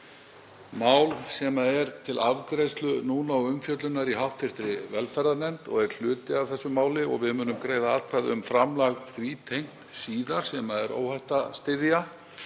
mál sem er til afgreiðslu og umfjöllunar í hv. velferðarnefnd og er hluti af þessu máli. Við munum greiða atkvæði síðar um framlag því tengt sem er óhætt að styðja.